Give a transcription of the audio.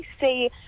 see